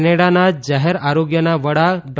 કેનેડાના જાહેર આરોગ્યના વડા ડો